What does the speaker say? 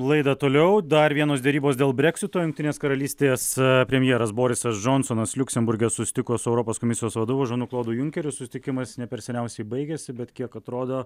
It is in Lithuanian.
laida toliau dar vienos derybos dėl breksito jungtinės karalystės premjeras borisas džonsonas liuksemburge susitiko su europos komisijos vadovu žanu klodu junkeriu susitikimas ne per seniausiai baigėsi bet kiek atrodo